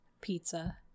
pizza